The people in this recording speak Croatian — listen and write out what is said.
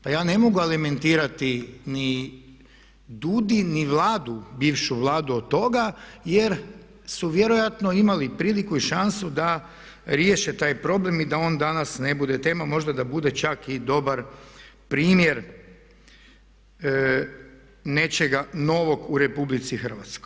Pa ja ne mogu alimentirati ni DUUDI ni Vladu bivšu Vladu od toga jer su vjerojatno imali priliku i šansu da riješe taj problem i da on danas ne bude tema, možda da bude čak i dobar primjer nečega novog u RH.